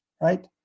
right